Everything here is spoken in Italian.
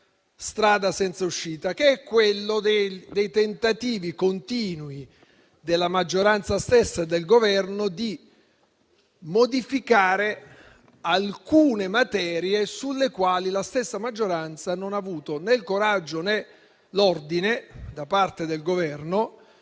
strada senza uscita; quella strada dei tentativi continui della maggioranza stessa e del Governo di modificare alcune materie sulle quali la stessa maggioranza non ha avuto né il coraggio né l'ordine da parte del Governo